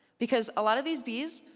because a lot of these bees,